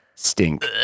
stink